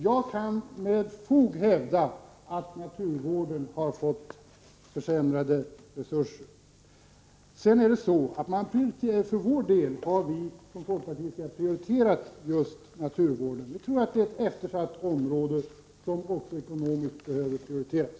Jag kan med fog hävda att naturvården har fått försämrade resurser. Folkpartiet har prioriterat just naturvården. Vi anser att det är ett eftersatt område, som också när det gäller ekonomin behöver prioriteras.